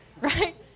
right